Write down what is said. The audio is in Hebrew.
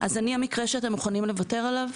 אז אני המקרה שאתם מוכנים לוותר עליו,